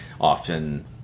often